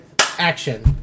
action